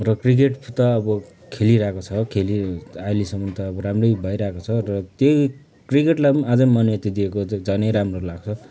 र क्रिकेट त अब खेलिरहेको छ खेली अहिलेसम्म त अब राम्रै भइरहेको छ र त्यो क्रिकेटलाई पनि अझै मान्यता दिएको झनै राम्रो लाग्छ